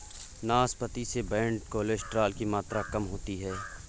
नाशपाती से bad cholesterol की मात्रा कम होती है